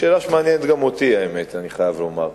שאלה שמעניינת גם אותי, אני חייב לומר.